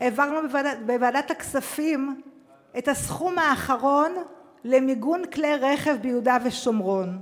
העברנו בוועדת הכספים את הסכום האחרון למיגון כלי רכב ביהודה ושומרון.